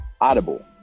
Audible